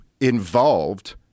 involved